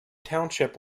township